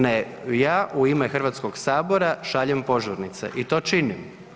Ne, ja u ime Hrvatskog sabora šaljem požurnice i to činim.